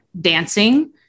dancing